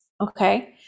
okay